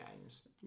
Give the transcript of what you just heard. games